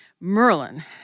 Merlin